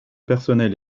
personnel